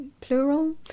plural